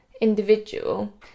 individual